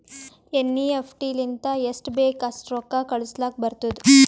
NEFT ಲಿಂತ ಎಸ್ಟ್ ಬೇಕ್ ಅಸ್ಟ್ ರೊಕ್ಕಾ ಕಳುಸ್ಲಾಕ್ ಬರ್ತುದ್